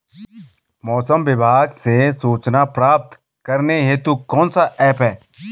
मौसम विभाग से सूचना प्राप्त करने हेतु कौन सा ऐप है?